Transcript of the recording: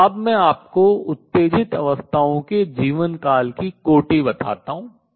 तो अब मैं आपको उत्तेजित अवस्थाओं के जीवनकाल की कोटि बताता हूँ